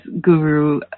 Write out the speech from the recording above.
guru